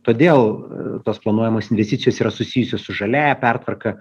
todėl tos planuojamos investicijos yra susijusios su žaliąja pertvarka